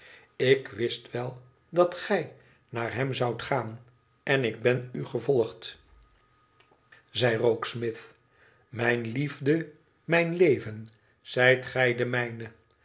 ik wist wel dat gij naar hem zoudt gaan en ik ben u gevolgd zei rokesmith i mijne liefde mijn leven z ij t gij de mijne